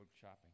shopping